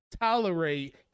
tolerate